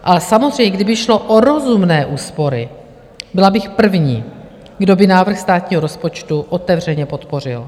Ale samozřejmě, kdyby šlo o rozumné úspory, byla bych první, kdo by návrh státního rozpočtu otevřeně podpořil.